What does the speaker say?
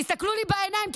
תסתכלו לי בעיניים,